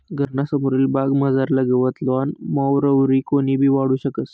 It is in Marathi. घरना समोरली बागमझारलं गवत लॉन मॉवरवरी कोणीबी काढू शकस